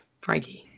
Frankie